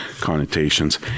connotations